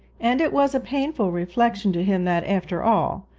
and it was a painful reflection to him that, after all,